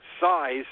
size